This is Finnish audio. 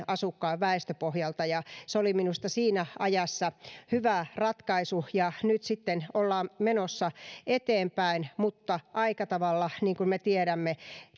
asukkaan väestöpohjalta ja se oli minusta siinä ajassa hyvä ratkaisu ja nyt sitten ollaan menossa eteenpäin mutta aika tavalla niin kuin me tiedämme